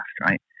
right